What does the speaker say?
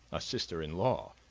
a sister-in-law.